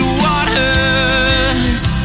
waters